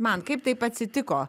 man kaip taip atsitiko